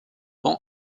pan